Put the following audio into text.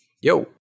yo